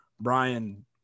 Brian